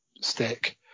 stick